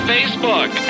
Facebook